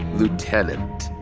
lieutenant.